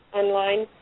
online